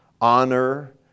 honor